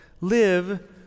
Live